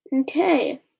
Okay